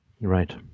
right